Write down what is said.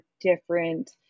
different